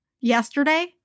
Yesterday